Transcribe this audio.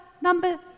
number